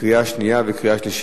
קריאה שנייה וקריאה שלישית.